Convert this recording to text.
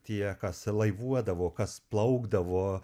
tie kas laivuodavo kas plaukdavo